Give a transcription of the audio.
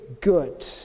good